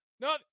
No